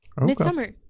midsummer